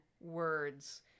words